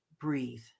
breathe